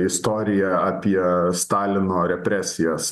istoriją apie stalino represijas